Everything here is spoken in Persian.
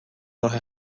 راه